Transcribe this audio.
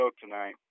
tonight